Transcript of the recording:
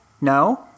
No